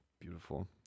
beautiful